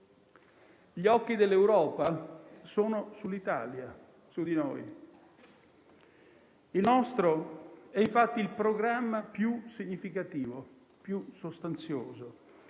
Gli occhi dell'Europa sono sull'Italia, su di noi. Il nostro è infatti il programma più significativo e sostanzioso,